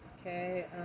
Okay